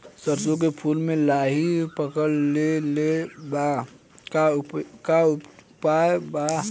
सरसों के फूल मे लाहि पकड़ ले ले बा का उपाय बा बचेके?